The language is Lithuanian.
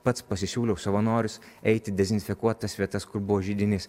pats pasisiūliau savanorius eiti dezinfekuot tas vietas kur buvo židinys